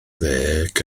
ddeg